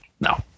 No